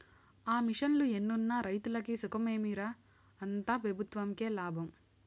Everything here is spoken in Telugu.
ఆ మిషన్లు ఎన్నున్న రైతులకి సుఖమేమి రా, అంతా పెబుత్వంకే లాభం